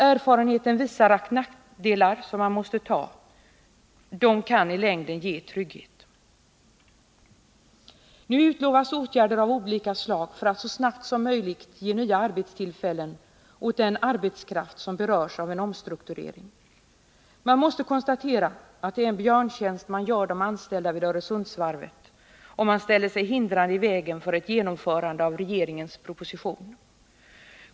Erfarenheten visar att de nackdelar man måste ta i längden kan ge trygghet. Nu utlovas åtgärder av olika slag för att så snabbt som möjligt ge nya arbetstillfällen åt den arbetskraft som berörs av en omstrukturering. Jag måste konstatera att det är en björntjänst man gör de anställda vid Öresundsvarvet om man ställer sig hindrande i vägen för ett genomförande av regeringens proposition.